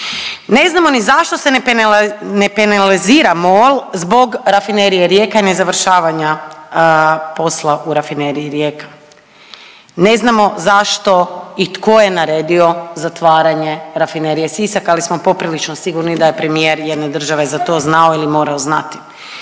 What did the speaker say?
Ne znamo ni zašto se penalizira MOL zbog rafinerije Rijeka i nezavršavanja posla u rafineriji Rijeka. Ne znamo zašto i tko je naredio zatvaranje rafinerije Sisak, ali smo poprilično sigurni da je premijer jedne države za to znao ili morao znati.